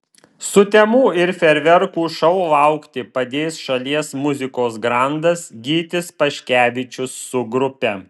sutemų ir fejerverkų šou laukti padės šalies muzikos grandas gytis paškevičius su grupe